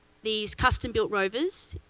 these custom-built rovers,